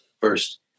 first